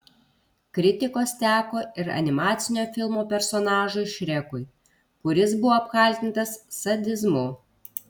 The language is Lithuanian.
kritikos teko ir animacinio filmo personažui šrekui kuris buvo apkaltintas sadizmu